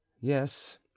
Yes